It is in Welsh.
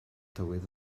tywydd